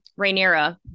Rhaenyra